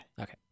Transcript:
Okay